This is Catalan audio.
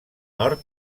nord